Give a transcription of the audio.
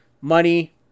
money